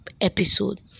episode